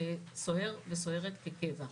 כסוהר וסוהרת בקבע.